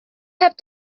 have